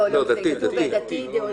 לא, דתי, דתי.